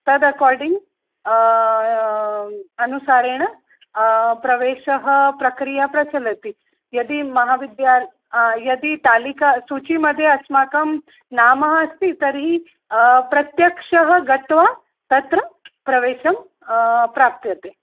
तद् अकार्डिङ्ग् अनुसारेण प्रवेशप्रक्रिया प्रचलति यदि महविद्याल् यदि तालिका सूचीमध्ये अस्माकं नामः अस्ति तर्हि प्रत्यक्षं गत्वा तत्र प्रवेशः प्राप्यते